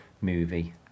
movie